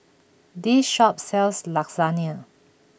this shop sells Lasagne